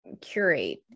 curate